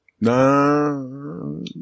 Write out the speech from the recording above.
No